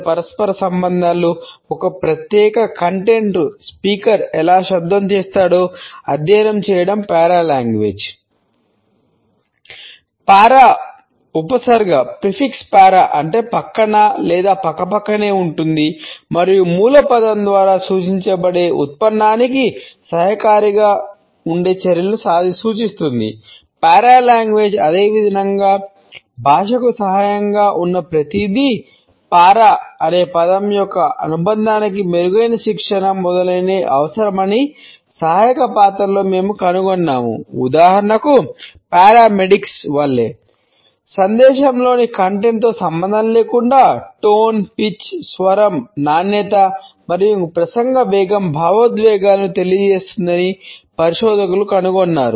పారా ఉపసర్గ నాణ్యత మరియు ప్రసంగ వేగం భావోద్వేగాలను తెలియజేస్తుందని పరిశోధకులు కనుగొన్నారు